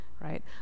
right